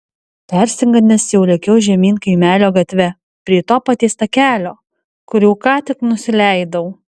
persigandęs jau lėkiau žemyn kaimelio gatve prie to paties takelio kuriuo ką tik nusileidau